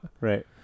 Right